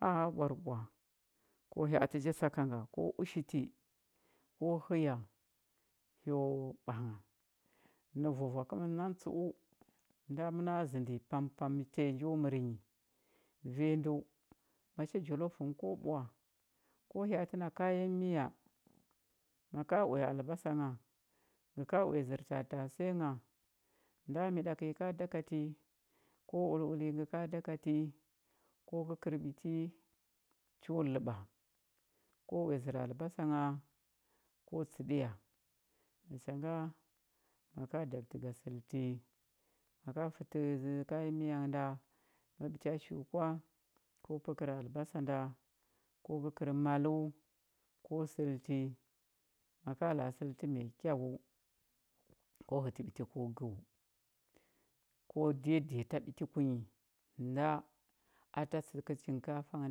Ma a ɓwarɓwa ko hya atə ja saka nga ko ushiti ko həya hyo ɓangha nə vwavwa kəmən nanə tsə u nda məna zəndi vanya ndə macha jollof ngə ko ɓwa ko hya atə na kayan miya maka uya albasa ngha ngə ka uya tatase ngha nda miɗakə nyi ka dakati ko ululə nyi gə ka dakati ko gəkər ɓiti cho ləɓa ko uya zər albasa ngha ko tsəɗiya nacha nga ma ka daɓətə ga səlti maka fətə kayan miya nghə nda a ɓiti a shi u kwa ko pəkər albasa nda ko gəkər maləu ko səlti ma ka la a səlti mai kyau ko hətə ɓiti ko gəu ko dedeta ɓiti kunyi nda a da chinkafa nghə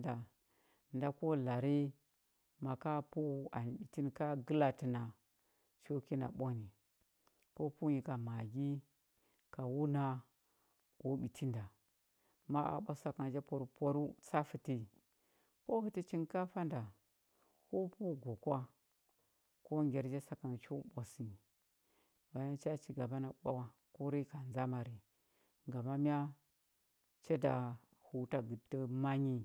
nda nda ko lari ma ka pəu ɓiti nə ka gəlatə na cho kina ɓwa ni ko pəu nyi ka magi ka wuna o ɓiti ma ɓwa saka ngə ja pwarpwarəu a tsafə ti ko hətə chinkafa nda ko pəu gwa kwa ko ngyar ja saka nga cha chi gaba na ɓwa ko rika ndzamari ngama mya cha da hu u da gəɗə tə manyi,